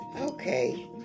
Okay